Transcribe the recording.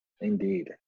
Indeed